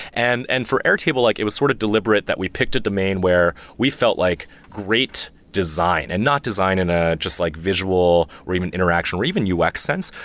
and and for airtable, like it was sort of deliberate that we picked a domain where we felt like great design, and not design in a just like visual, or even interaction, or even ux sense,